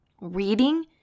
reading